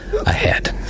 ahead